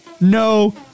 no